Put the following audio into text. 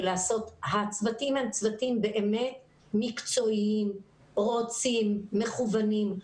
הצוותים הם באמת מקצועיים, רוצים, מכוונים.